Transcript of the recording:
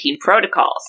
protocols